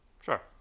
sure